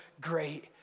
great